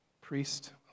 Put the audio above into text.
Priest